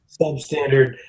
substandard